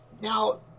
Now